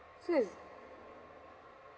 so it's